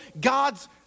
God's